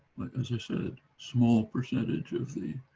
as i said small percentage of the